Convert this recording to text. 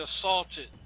assaulted